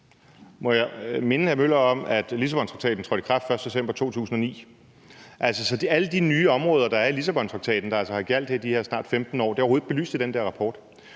Må jeg minde hr. Henrik Møller om, at Lissabontraktaten trådte i kraft den 1. september 2009. Så alle de nye områder, der er i Lissabontraktaten, der altså har gjaldt i de snart næsten 15 år, er overhovedet ikke belyst i den der rapport.